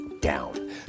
down